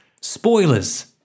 Spoilers